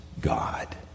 God